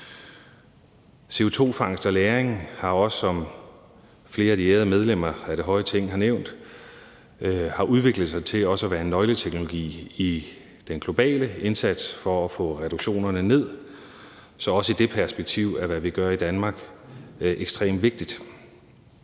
CO2-fangst og lagring har også, som flere af de ærede medlemmer af det høje Ting har nævnt, udviklet sig til også at være en nøgleteknologi i den globale indsats for at reducere udledningen, så også i det perspektiv er, hvad vi gør i Danmark, ekstremt vigtigt.